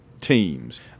teams